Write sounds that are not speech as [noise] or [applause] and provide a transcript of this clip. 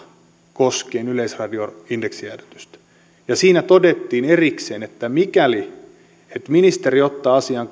koskien yleisradion indeksijäädytystä ja siinä todettiin erikseen että ministeri ottaa asiaan [unintelligible]